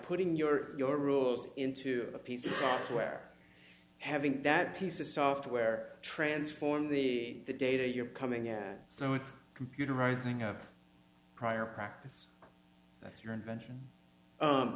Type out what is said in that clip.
putting your your rules into a piece of software having that piece of software transform the data you're coming in so it's computerizing up prior practice that's your invention